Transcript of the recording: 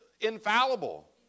infallible